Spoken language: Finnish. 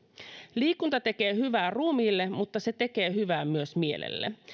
liikunta tekee hyvää ruumiille mutta se tekee hyvää myös mielelle